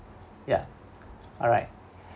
ya alright